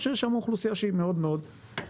או שיש שם אוכלוסייה שהיא מאוד מאוד מבוזרת.